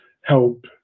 help